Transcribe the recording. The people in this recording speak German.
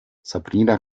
sabrina